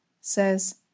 says